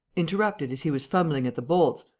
interrupted as he was fumbling at the bolts,